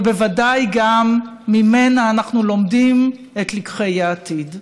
ובוודאי גם ממנה אנחנו לומדים את לקחי העתיד.